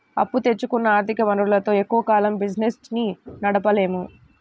అప్పు తెచ్చుకున్న ఆర్ధిక వనరులతో ఎక్కువ కాలం బిజినెస్ ని నడపలేము